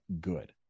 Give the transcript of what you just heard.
good